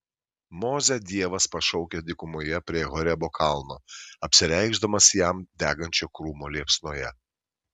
mozę dievas pašaukia dykumoje prie horebo kalno apsireikšdamas jam degančio krūmo liepsnoje